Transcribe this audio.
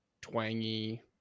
twangy